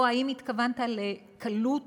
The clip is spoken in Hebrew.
או האם התכוונת לקלות